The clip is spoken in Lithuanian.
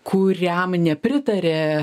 kuriam nepritarė